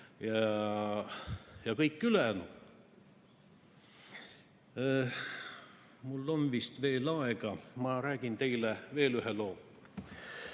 ja kõik muu. Mul on vist veel aega, ma räägin teile veel ühe loo.